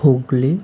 Hooghly